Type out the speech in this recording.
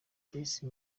joyce